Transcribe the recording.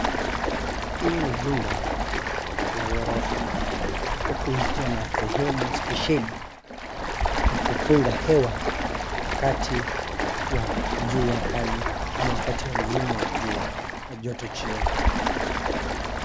Hii ni jumba la ghorofa uku ikiwa na sehemu spesheli ya kupunga hewa wakati wa jua kali ama wakati wa msimu wa jua na joto jingi.